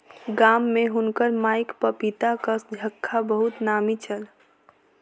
गाम में हुनकर माईक पपीताक झक्खा बहुत नामी छल